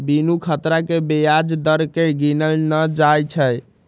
बिनु खतरा के ब्याज दर केँ गिनल न जाइ छइ